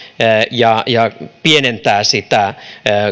ja ja pienentää sitä